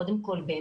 קודם כל,